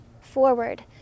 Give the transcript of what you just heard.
forward